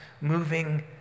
moving